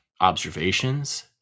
observations